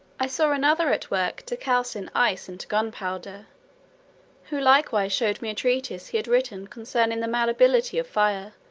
i saw another at work to calcine ice into gunpowder who likewise showed me a treatise he had written concerning the malleability of fire,